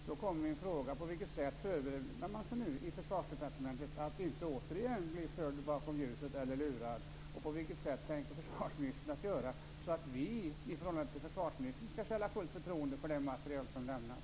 Då kommer mina frågor: På vilket sätt förbereder man sig nu i Försvarsdepartementet för att inte återigen bli förd bakom ljuset eller lurad, och hur tänker försvarsministern göra för att vi skall känna förtroende för det material som lämnas?